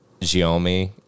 Xiaomi